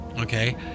okay